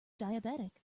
diabetic